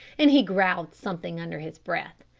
and he growled something under his breath.